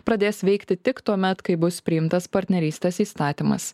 pradės veikti tik tuomet kai bus priimtas partnerystės įstatymas